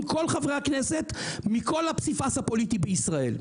כל חברי הכנסת מכל הפסיפס הפוליטי בישראל,